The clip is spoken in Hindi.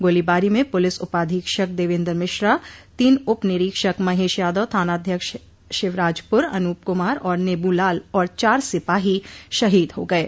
गोलीबारी में पुलिस उपाधीक्षक देवेन्दर मिश्रा तीन उपनिरीक्षक महेश यादव थानाध्यक्ष शिवराजपुर अनूप कुमार और नेबूलाल और चार सिपाही शहीद हो गये